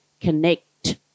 connect